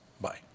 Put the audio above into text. Bye